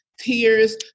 tears